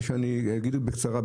שאני אגיד את זה בקצרה,